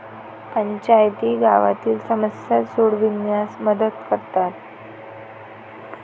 पंचायती गावातील समस्या सोडविण्यास मदत करतात